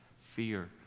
fear